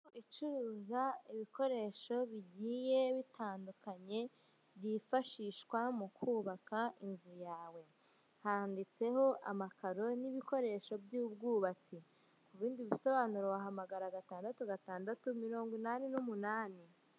Icuruza ibikoresho bigiye bitandukanye byifashishwa mu kubaka inzu yawe, handitseho amakaro n'ibikoresho by'ubwubatsi. Ku bindi bisobanuro wahamagara gatandatu gatandatu mirongo inani n'umunani.